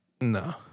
No